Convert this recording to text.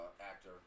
actor